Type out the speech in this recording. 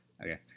Okay